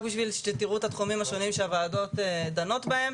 רק בשביל שתראו את התחומים השונים שהוועדות דנות בהם.